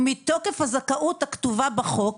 ומתוקף הזכאות הכתובה בחוק,